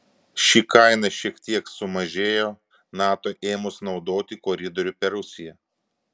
ši kaina šiek tiek sumažėjo nato ėmus naudoti koridorių per rusiją